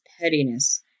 pettiness